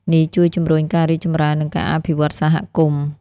នេះជួយជំរុញការរីកចម្រើន និងការអភិវឌ្ឍសហគមន៍។